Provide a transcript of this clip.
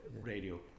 radio